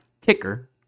kicker